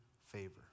favor